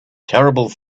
terrible